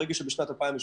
ברגע שבשנת 2018,